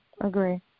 agree